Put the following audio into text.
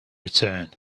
return